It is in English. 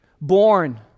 born